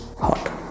hot